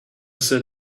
said